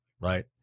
right